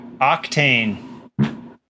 Octane